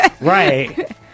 right